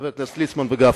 חברי הכנסת ליצמן וגפני.